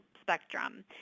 spectrum